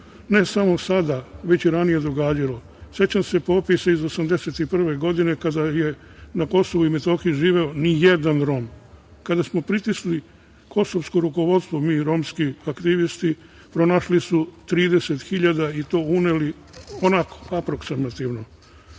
ne samo sada, već i ranije događalo. Sećam se popisa iz 1981. godine kada je na Kosovu i Metohiji živeo ni jedan Rom. Kada smo pritisli kosovsko rukovodstvo, mi romski aktivisti, pronašli su 30 hiljada i to uneli onako aproksimativno.